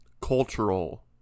cultural